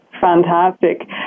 Fantastic